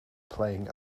playing